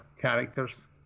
characters